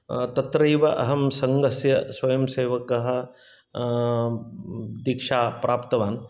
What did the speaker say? तत्रैव अहं सङ्घस्य स्वयं सेवकः दीक्षा प्राप्तवान्